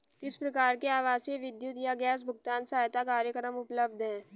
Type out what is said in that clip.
किस प्रकार के आवासीय विद्युत या गैस भुगतान सहायता कार्यक्रम उपलब्ध हैं?